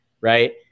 right